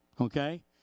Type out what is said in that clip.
Okay